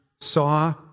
saw